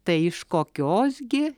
tai iš kokios gi